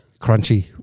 Crunchy